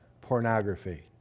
pornography